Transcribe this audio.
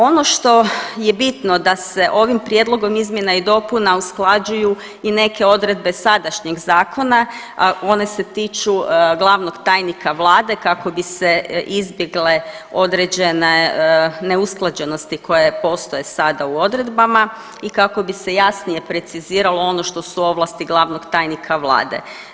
Ono što je bitno da se ovim prijedlogom izmjena i dopuna usklađuju i neke odredbe sadašnjeg zakona, a one se tiču glavnog tajnika vlade kako bi se izbjegle određene neusklađenosti koje postoje sada u odredbama i kako bi se jasnije preciziralo ono što su ovlasti glavnog tajnika vlade.